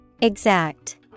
Exact